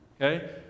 Okay